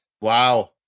Wow